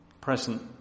Present